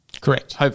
Correct